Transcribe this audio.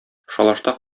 шалашта